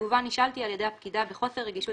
בתגובה נשאלתי על ידי הפקידה בחוסר רגישות